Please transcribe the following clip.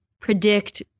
predict